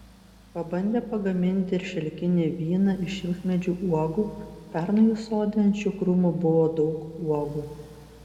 pabandė pagaminti ir šilkinį vyną iš šilkmedžių uogų pernai jų sode ant šių krūmų buvo daug uogų